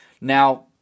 Now